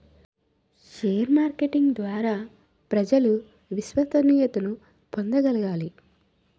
share marketing ద్వారా ప్రజలు విశ్వసనీయతను పొందగలగాలి